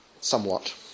somewhat